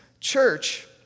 church